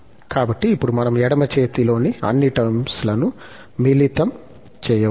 కాబట్టి ఇప్పుడు మనం ఎడమ చేతిలోని అన్నిటర్మ్ లను మిళితం చేయవచ్చు